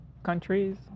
countries